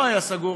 לא סגור,